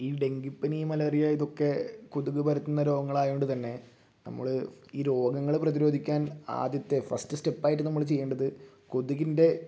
ഈ ഡെങ്കിപ്പനി മലേറിയ ഇതൊക്കെ കൊതുക് പരത്തുന്ന രോഗങ്ങളായതുകൊണ്ട് തന്നെ നമ്മൾ ഈ രോഗങ്ങൾ പ്രതിരോധിക്കാൻ ആദ്യത്തെ ഫസ്റ്റ് സ്റ്റെപ്പ് ആയിട്ട് നമ്മൾ ചെയ്യേണ്ടത് കൊതുകിൻ്റെ